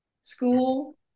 school